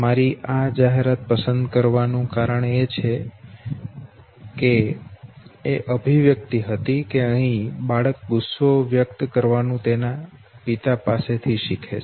મારી આ જાહેરાત પસંદ કરવાનું કારણ એ અભિવ્યક્તિ હતી કે અહી બાળક ગુસ્સો વ્યક્ત કરવાનું તેના પિતા પાસેથી શીખે છે